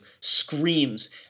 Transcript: screams